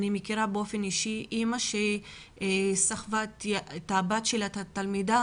אני מכירה באופן אישי אימא שסחבה את הבת שלה שמרותקת